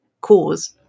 cause